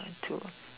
to